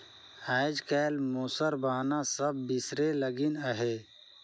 आएज काएल मूसर बहना सब बिसरे लगिन अहे